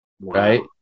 right